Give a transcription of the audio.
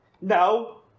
No